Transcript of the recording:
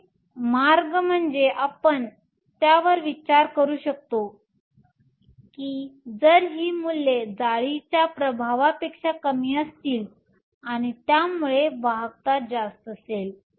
एक मार्ग म्हणजे आपण त्यावर विचार करू शकतो की जर ही मूल्ये जाळीच्या प्रभावापेक्षा कमी असतील आणि त्यामुळे वाहकता जास्त असेल